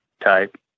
Type